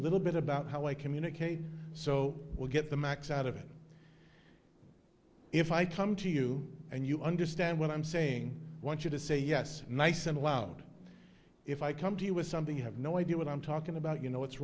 little bit about how i communicate so well get the max out of if i come to you and you understand what i'm saying i want you to say yes nice and loud if i come to you with something you have no idea what i'm talking about you know what's